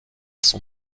son